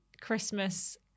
Christmas